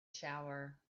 shower